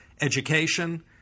education